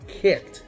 kicked